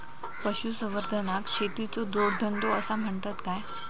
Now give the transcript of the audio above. पशुसंवर्धनाक शेतीचो जोडधंदो आसा म्हणतत काय?